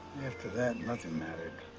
after that nothing mattered.